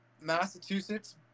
Massachusetts